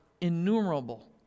innumerable